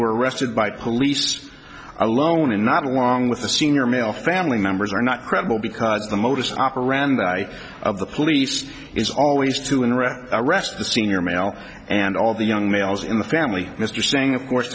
were arrested by police alone and not along with the senior male family members are not credible because the modus operandi of the police is always to erect arrest the senior male and all the young males in the family mr saying of course